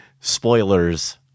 spoilers